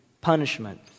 punishment